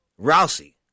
Rousey